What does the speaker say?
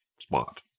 spot